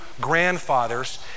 grandfathers